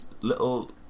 Little